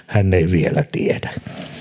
hän ei vielä tiedä